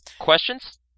Questions